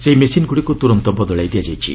ସେହି ମେସିନ୍ଗୁଡ଼ିକୁ ତୁରନ୍ତ ବଦଳାଇ ଦିଆଯାଇଛି